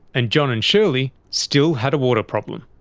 and john and shirley still had a water problem.